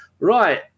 Right